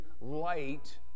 light